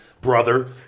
brother